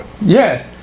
Yes